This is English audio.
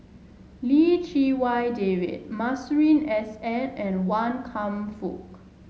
Lim Chee Wai David Masuri S N and Wan Kam Fook